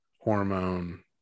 hormone